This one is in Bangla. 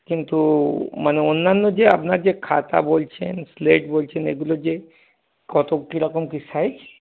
কিন্তু মানে অন্যান্য যে আপনার যে খাতা বলছেন স্লেট বলছেন এগুলো যে কত কি রকম কী সাইজ